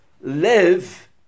live